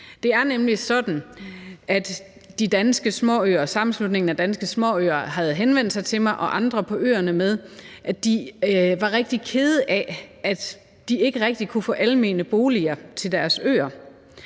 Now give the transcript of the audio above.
Det er nemlig sådan, at Sammenslutningen af Danske Småøer havde henvendt sig til mig og andre på øerne om, at de var rigtig kede af, at de ikke rigtig kunne få almene boliger til deres øer,